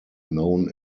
known